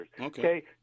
okay